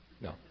No